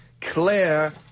Claire